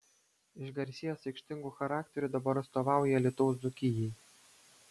išgarsėjęs aikštingu charakteriu dabar atstovauja alytaus dzūkijai